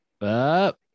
up